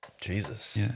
Jesus